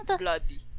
bloody